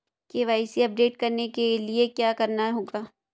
KYC update करने के लिए क्या करना होगा?